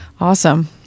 Awesome